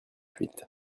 huit